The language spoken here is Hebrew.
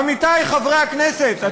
עמיתי חברי הכנסת,